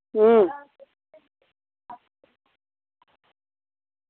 अं